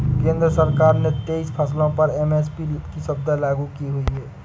केंद्र सरकार ने तेईस फसलों पर एम.एस.पी की सुविधा लागू की हुई है